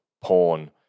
porn